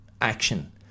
action